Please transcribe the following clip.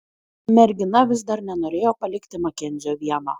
mergina vis dar nenorėjo palikti makenzio vieno